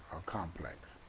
a complex.